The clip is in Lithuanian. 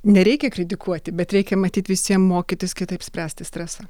nereikia kritikuoti bet reikia matyt visiem mokytis kitaip spręsti stresą